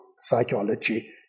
psychology